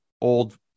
old